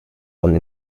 one